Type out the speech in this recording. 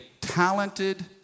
talented